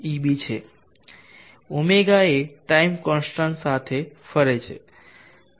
ɷ એ time constant સાથે ફરે છે